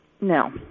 No